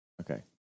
Okay